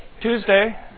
Tuesday